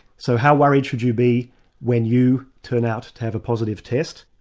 so how worried should you be when you turn out to to have a positive test,